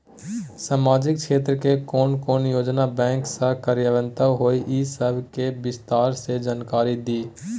सामाजिक क्षेत्र के कोन कोन योजना बैंक स कार्यान्वित होय इ सब के विस्तार स जानकारी दिय?